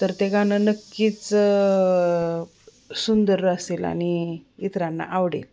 तर ते गाणं नक्कीच सुंदर असेल आणि इतरांना आवडेल